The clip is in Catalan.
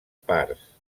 parts